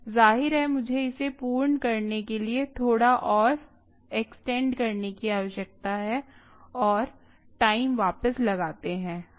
जाहिर है मुझे इसे पूर्ण करने के लिए थोड़ा और एक्सटेंड करने की आवश्यकता है और टाइम वापिस लगाते है